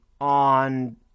on